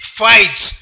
fights